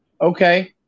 Okay